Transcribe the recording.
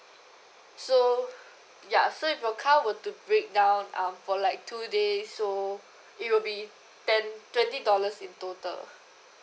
so ya so if your car were to breakdown um for like two days so it will be ten twenty dollars in total